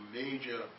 major